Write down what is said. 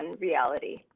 reality